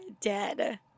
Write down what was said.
dead